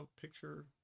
picture